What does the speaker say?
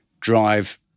drive